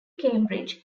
cambridge